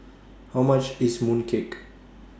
How much IS Mooncake